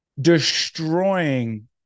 destroying